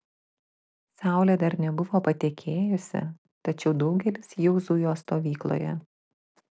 saulė dar nebuvo patekėjusi tačiau daugelis jau zujo stovykloje